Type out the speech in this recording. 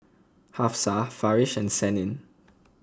Hafsa Farish and Senin